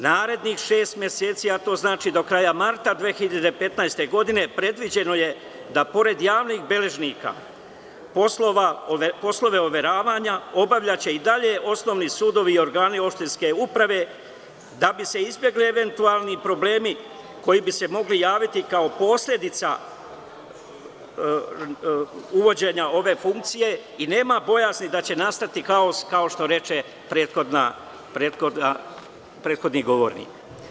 Narednih šest meseci, a to znači do kraja marta 2015. godine predviđeno je da pored javnih beležnika poslove overavanja obavlja i dalje osnovni sudovi i organi opštinske uprave da bi se izbegli eventualni problemi koji bi se mogli javiti kao posledica uvođenja ove funkcije i nema bojazni da će nastati haos, kao što reče prethodni govornik.